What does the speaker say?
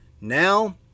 Now